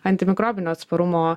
antimikrobinio atsparumo